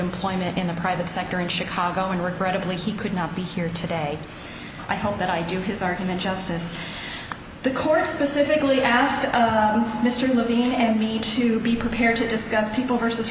employment in the private sector in chicago and regrettably he could not be here today i hope that i do his argument justice the court specifically asked mr libby and me to be prepared to discuss people v